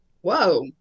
Whoa